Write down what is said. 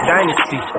Dynasty